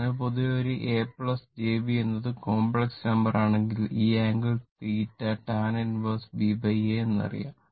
അതിനാൽ പൊതുവേ ഒരു a j b എന്നത് കോംപ്ലക്സ് നമ്പർ ആണെങ്കിൽ ഈ ആംഗിൾ θ tan 1 ba ഇത് അറിയാം